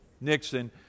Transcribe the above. Nixon